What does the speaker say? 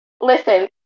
Listen